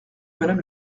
madame